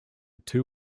two